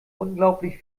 unglaublich